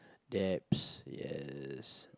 debts yes